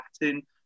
Latin